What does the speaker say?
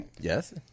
Yes